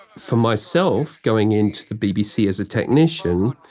for myself, going into the bbc as a technician,